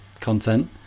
content